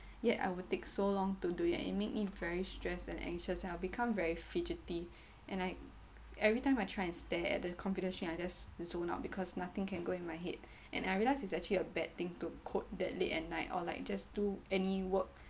yet I will take so long to do it and it made me very stress and anxious and I'll become fidgety and like every time I try and stare at the computer screen I just zone out because nothing can go in my head and I realise its actually a bad thing to code that late at night or like just do any work